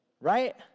Right